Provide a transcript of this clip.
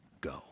go